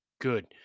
good